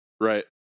Right